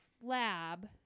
slab